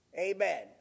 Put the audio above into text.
Amen